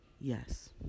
Yes